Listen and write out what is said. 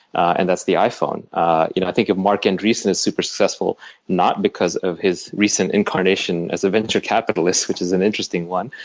and that's the iphone. i think of mark and andreeson as super successful not because of his recent incarnation as a venture capitalist, which is an interesting one,